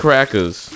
Crackers